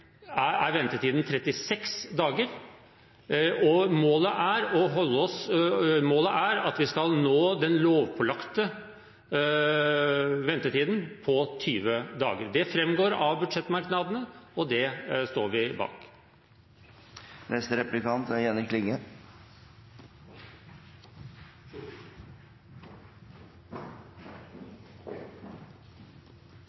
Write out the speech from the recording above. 36 dager, og målet er at vi skal nå den lovpålagte ventetiden på 20 dager. Det framgår av budsjettmerknadene, og det står vi bak. Kontoret for voldsoffererstatning gjer ein stor og viktig innsats for voldsoffer, og det er